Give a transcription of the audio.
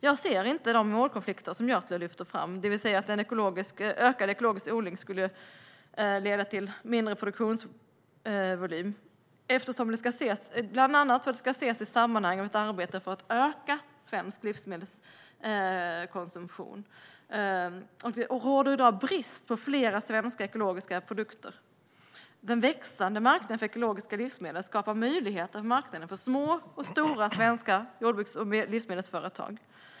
Jag ser inte de målkonflikter som Gjörtler lyfter fram, det vill säga att ökad ekologisk odling skulle leda till mindre produktionsvolym. Detta ska bland annat ses i sammanhang av ett arbete för att öka svensk livsmedelskonsumtion. Det råder i dag brist på flera svenska ekologiska produkter. Den växande marknaden för ekologiska livsmedel skapar möjligheter på marknaden för små och stora svenska jordbruks och livsmedelsföretag.